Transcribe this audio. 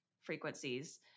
frequencies